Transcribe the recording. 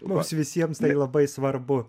mums visiems tai labai svarbu